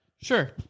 Sure